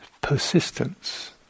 persistence